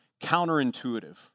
counterintuitive